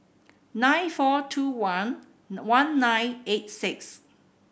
nine four two one one nine eight six